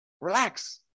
Relax